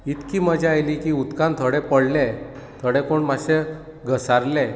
इतकी मजा आयली की उदकान थोडे पडलेय थोडे कोण मात्शे घसारले